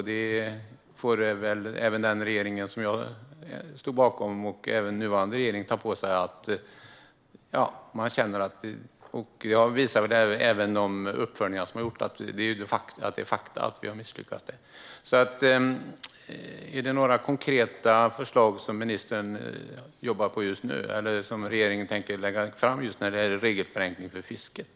Det visar väl de uppföljningar som har gjorts, och det får den regering som jag stod bakom och även den nuvarande regeringen ta på sig: Vi har misslyckats där. Är det några konkreta förslag som ministern jobbar på just nu eller som regeringen tänker lägga fram när det gäller regelförenklingar för fisket?